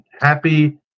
happy